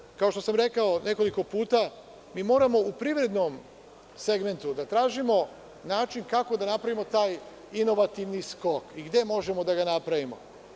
Naravno, kao što sam rekao nekoliko puta, mi moramo u privrednom segmentu da tražimo način kako da napravimo taj inovativni skok i gde možemo da ga napravimo.